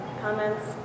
comments